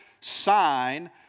sign